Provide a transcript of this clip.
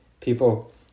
People